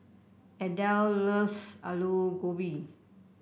Adel loves Aloo Gobi